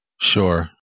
Sure